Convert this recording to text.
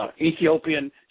Ethiopian